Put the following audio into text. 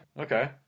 okay